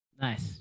Nice